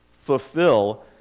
fulfill